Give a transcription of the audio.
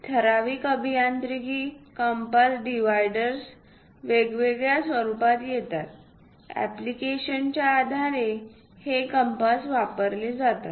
ठराविक अभियांत्रिकी compass dividers वेगवेगळ्या स्वरूपात येतात ऍप्लिकेशच्या आधारे हे कम्पास वापरले जातात